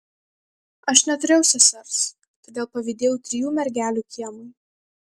aš neturėjau sesers todėl pavydėjau trijų mergelių kiemui